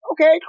Okay